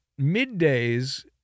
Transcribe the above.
middays